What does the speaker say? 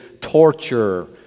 torture